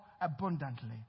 abundantly